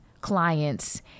clients